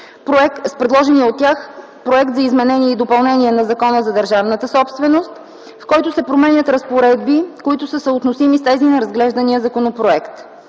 с предложения от тях проект за изменение и допълнение на Закона за държавната собственост, в който се променят разпоредби, които са съотносими с тези в разглеждания законопроект.